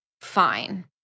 fine